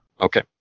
Okay